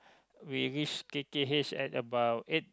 we reach k_k_h at about eight